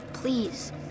Please